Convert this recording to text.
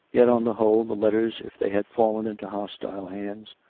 yet, on the whole, the letters, if they had fallen into hostile hands,